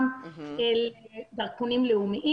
גם דרכונים לאומיים.